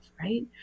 Right